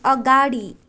अगाडि